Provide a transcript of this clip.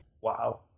Wow